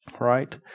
right